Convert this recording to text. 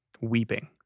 weeping